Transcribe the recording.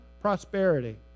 prosperity